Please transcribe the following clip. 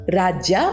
raja